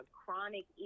chronic